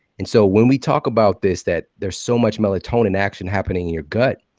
and so when we talk about this, that there's so much melatonin action happening in your gut,